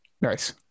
nice